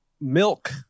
milk